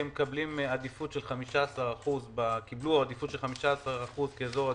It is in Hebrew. שלמרות שהם קיבלו עדיפות של 15% כאזור עדיפות,